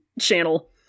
channel